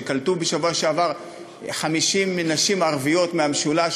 שקלטו בשבוע שעבר 50 נשים ערביות מהמשולש,